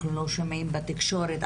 אנחנו לא שומעים בתקשורת.